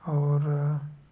और